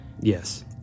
Yes